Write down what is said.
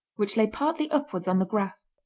which lay partly upwards on the grass.